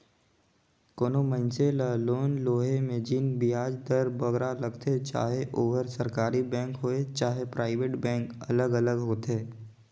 कोनो मइनसे ल लोन लोहे में जेन बियाज दर बगरा लगथे चहे ओहर सरकारी बेंक होए चहे पराइबेट बेंक अलग अलग होथे